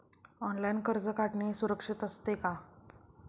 Online कर्ज काढणे सुरक्षित असते का?